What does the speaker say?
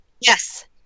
Yes